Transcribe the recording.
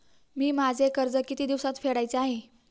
मी माझे कर्ज किती दिवसांत फेडायचे आहे?